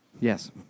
Yes